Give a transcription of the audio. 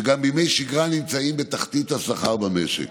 שגם בימי שגרה נמצאים בתחתית השכר במשק,